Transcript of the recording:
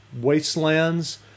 Wastelands